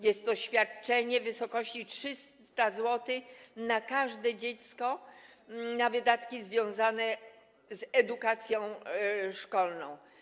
Jest to świadczenie w wysokości 300 zł na każde dziecko na wydatki związane z edukacją szkolną.